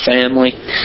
family